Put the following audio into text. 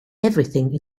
everything